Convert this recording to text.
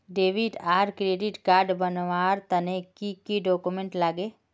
Debit आर credit card बनवार तने की की डॉक्यूमेंट लागे?